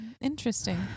Interesting